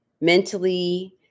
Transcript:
mentally